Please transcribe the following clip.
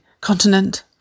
continent